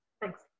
Thanks